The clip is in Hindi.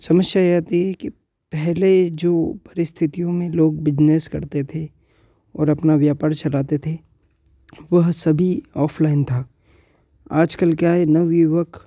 समस्या ये आती कि पहले जो परिस्थितियों में लोग बिजनेस करते थे और अपना व्यापार चलाते थे वह सभी ऑफ़लाइन था आजकल क्या है नवयुवक